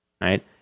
right